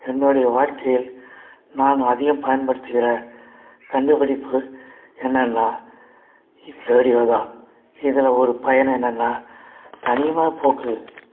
என்னோடைய வாழ்க்கையில் நான் அதிகம் பயன்படுத்துகிற கண்டுபிடிப்பு என்னென்னா இத் ரேடியோ தான் இதில் ஒரு பயன் என்னென்னா தனிமை போக்குது